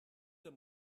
the